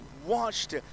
watched